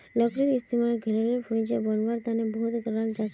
लकड़ीर इस्तेमाल घरेलू फर्नीचर बनव्वार तने बहुत कराल जाछेक